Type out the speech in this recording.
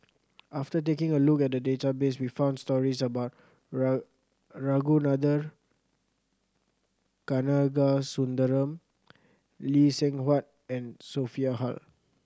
after taking a look at the database we found stories about Ragunathar Kanagasuntheram Lee Seng Huat and Sophia Hull